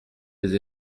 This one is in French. des